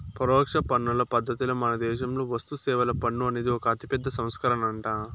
పరోక్ష పన్నుల పద్ధతిల మనదేశంలో వస్తుసేవల పన్ను అనేది ఒక అతిపెద్ద సంస్కరనంట